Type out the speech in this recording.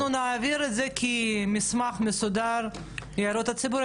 אנחנו נעביר את זה כמסמך מסודר של הערות הציבור.